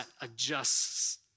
adjusts